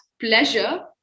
pleasure